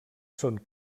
són